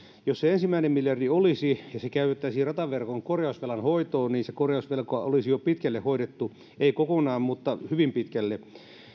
jos se ensimmäinen miljardi olisi ja se käytettäisiin rataverkon korjausvelan hoitoon se korjausvelka olisi jo pitkälle hoidettu ei kokonaan mutta hyvin pitkälle